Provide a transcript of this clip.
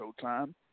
Showtime